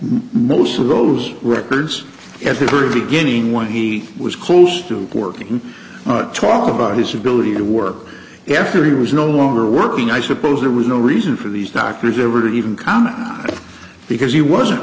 most of those records at the very beginning when he was close to working talking about his ability to work after he was no longer working i suppose there was no reason for these doctors ever to even comment because he wasn't